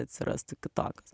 atsirastų kitokios